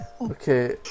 okay